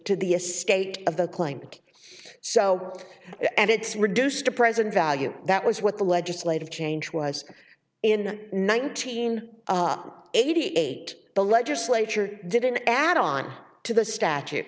to the a state of the claimant so at its reduced to present value that was what the legislative change was in nineteen eighty eight the legislature didn't add on to the statu